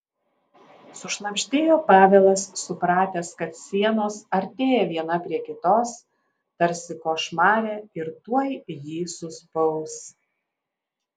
sušnabždėjo pavelas supratęs kad sienos artėja viena prie kitos tarsi košmare ir tuoj jį suspaus